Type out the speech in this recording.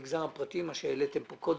המגזר הפרטי, מה שהעליתם כאן קודם,